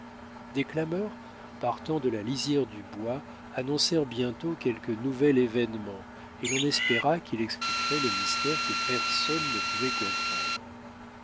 des clameurs partant de la lisière du bois annoncèrent bientôt quelque nouvel événement et l'on espéra qu'il expliquerait le mystère que personne ne pouvait comprendre